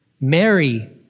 Mary